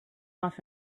off